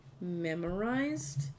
memorized